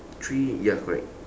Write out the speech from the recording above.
three ya correct